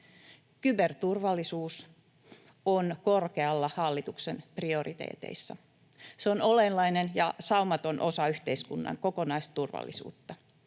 Kyberturvallisuus on korkealla hallituksen prioriteeteissa. Se on olennainen ja saumaton osa yhteiskunnan kokonaisturvallisuutta.